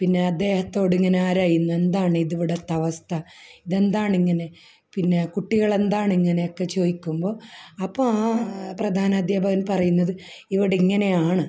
പിന്നെ അദ്ദേഹത്തോട് ഇങ്ങനെ ആരായുന്നു എന്താണ് ഇത് ഇവിടത്തെ അവസ്ഥ ഇതെന്താണ് ഇങ്ങനെ പിന്നെ കുട്ടികൾ എന്താണ് ഇങ്ങനെയൊക്കെ ചോദിക്കുമ്പോൾ അപ്പോൾ ആ പ്രധാനാധ്യാപകൻ പറയുന്നത് ഇവിടെ ഇങ്ങനെയാണ്